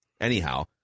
Anyhow